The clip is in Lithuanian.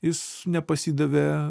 jis nepasidavė